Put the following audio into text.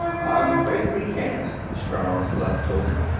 i'm afraid we can't, stranor sleth told him.